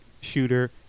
shooter